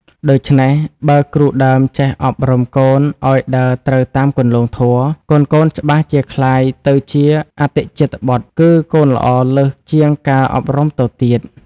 ដូច្នេះ បើគ្រូដើមចេះអប់រំកូនឲ្យដើរត្រូវតាមគន្លងធម៌ កូនៗច្បាស់ជាក្លាយទៅជា អតិជាតបុត្ត គឺកូនល្អលើសជាងការអប់រំទៅទៀត ។